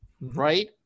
Right